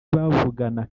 bavugana